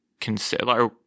consider